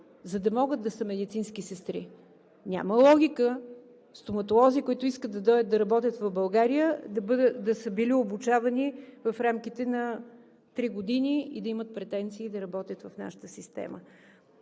за да могат да са медицински сестри. Няма логика стоматолози, които искат да дойдат да работят в България, да са били обучавани в рамките на три години и да имат претенции да работят в нашата система.